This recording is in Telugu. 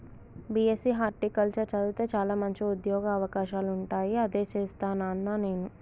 బీ.ఎస్.సి హార్టికల్చర్ చదివితే చాల మంచి ఉంద్యోగ అవకాశాలుంటాయి అదే చేస్తాను నానా నేను